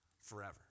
forever